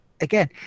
again